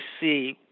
see